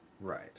Right